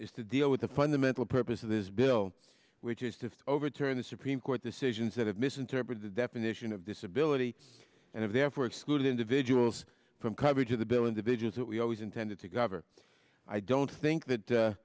is to deal with the fundamental purpose of this bill which is to overturn the supreme court decisions that have misinterpreted the definition of disability and have therefore excluded individuals from coverage of the bill individuals that we always intended to cover i don't think that